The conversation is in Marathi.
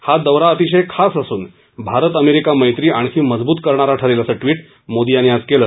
हा दौरा अतिशय खास असून भारत अमेरिका मैत्री आणखी मजबूत करणारा ठरेल असं ट्विट मोदी यांनी आज केलं